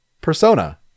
Persona